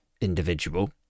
individual